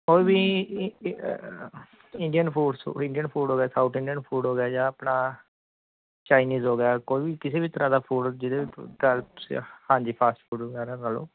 ਔਰ ਵੀ Indian foods Indian food ਹੋ ਗਿਆ ਸਾਊਥ ਇੰਡੀਅਨ ਫੂਡ ਹੋ ਗਿਆ ਜਾਂ ਆਪਣਾ ਚਾਈਨੀਜ਼ ਹੋ ਗਿਆ ਕੋਈ ਵੀ ਕਿਸੇ ਵੀ ਤਰ੍ਹਾਂ ਦਾ ਫੂਡ ਜਿਹਦੇ ਹਾਂਜੀ ਫਾਸਟ ਫੂਡ ਵਗੈਰਾ ਲੈ ਲਓ